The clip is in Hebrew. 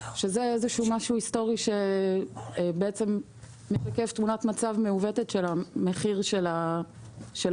וזה משהו היסטורי שמשקף תמונת מצב של מחיר החיטה.